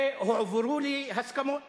הועברו לי הסכמות